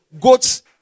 goats